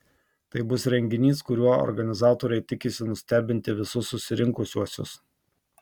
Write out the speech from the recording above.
tai bus renginys kuriuo organizatoriai tikisi nustebinti visus susirinkusiuosius